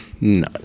No